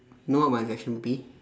know what my question would be